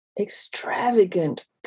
extravagant